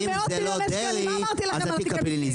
תתביישו.